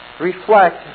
reflect